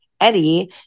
eddie